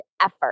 effort